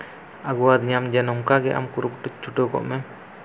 ᱟᱹᱜᱩᱣᱟᱫᱤᱧᱟᱢ ᱡᱮ ᱱᱚᱝᱠᱟᱜᱮ ᱢᱮ